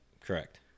correct